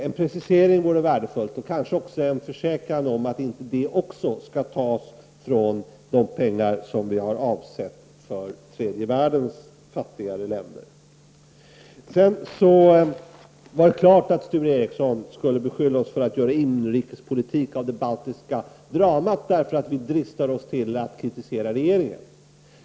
En precisering vore värdefull och kanske också en försäkran om att man inte skall ta av de pengar som är avsedda för tredje världens fattigare länder. Det var klart att Sture Ericson skulle beskylla oss för att göra inrikespolitik av det baltiska dramat därför att vi dristar oss att kritisera regeringen.